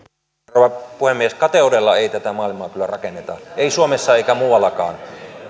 rouva puhemies kateudella ei tätä maailmaa kyllä rakenneta ei suomessa eikä muuallakaan